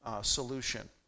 solution